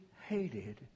hated